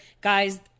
guys